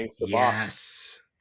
yes